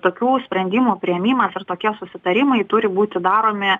tokių sprendimų priėmimas ir tokie susitarimai turi būti daromi